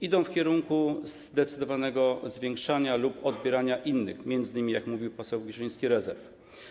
Idą w kierunku zdecydowanego zwiększania lub odbierania m.in., jak mówił poseł Girzyński, rezerw.